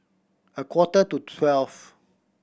a quarter to twelve